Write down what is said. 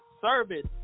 service